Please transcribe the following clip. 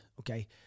okay